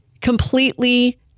completely